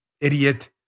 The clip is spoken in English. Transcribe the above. idiot